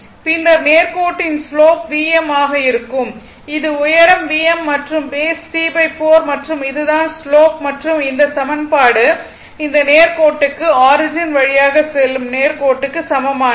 பின்னர் நேர் கோட்டின் ஸ்லோப் Vm ஆக இருக்கும் இது உயரம் Vm மற்றும் பேஸ் T 4 மற்றும் இது தான் ஸ்லோப் மற்றும் இந்த சமன்பாடு இந்த நேர் கோட்டுக்கு ஆரிஜின் வழியாக செல்லும் நேர் கோட்டுக்கு சமமானது